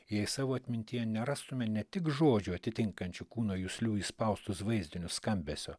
jei savo atmintyje nerastume ne tik žodžių atitinkančių kūno juslių įspaustus vaizdinius skambesio